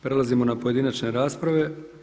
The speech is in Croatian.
Prelazimo na pojedinačne rasprave.